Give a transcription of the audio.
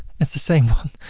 that's the same one.